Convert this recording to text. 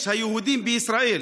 יש היהודים בישראל,